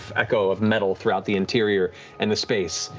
echo of metal throughout the interior and the space.